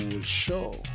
show